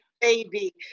baby